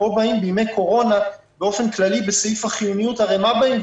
באופן כללי בימי קורונה ואומרים זאת בבסעיף החיוניות אנחנו